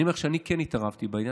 אני אומר לך שאני כן התערבתי בעניין,